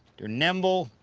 they're nimble,